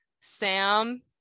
sam